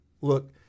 look